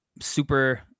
super